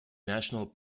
national